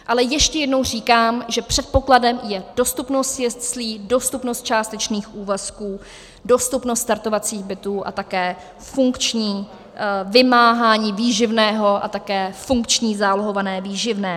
Ale ještě jednou říkám, že předpokladem je dostupnost jeslí, dostupnost částečných úvazků, dostupnost startovacích bytů a také funkční vymáhání výživného a také funkční zálohované výživné.